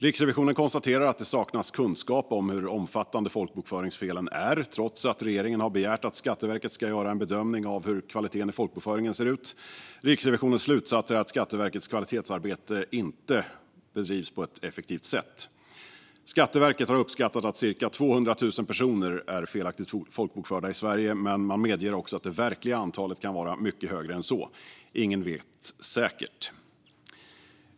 Riksrevisionen konstaterar att det saknas kunskap om hur omfattande folkbokföringsfelen är trots att regeringen har begärt att Skatteverket ska göra en bedömning av hur kvaliteten i folkbokföringen ser ut. Riksrevisionens slutsats är att Skatteverkets kvalitetsarbete inte bedrivs på ett effektivt sätt. Skatteverket har uppskattat att cirka 200 000 personer är felaktigt folkbokförda i Sverige, men man medger att det verkliga antalet kan vara mycket högre än så. Ingen vet säkert.